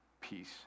peace